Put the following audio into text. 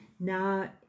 Now